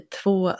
två